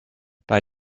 bei